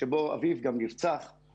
שבו אביו גם נרצח,